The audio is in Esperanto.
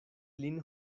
lin